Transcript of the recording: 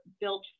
built